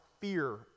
fear